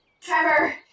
Trevor